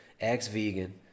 ex-vegan